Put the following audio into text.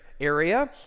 area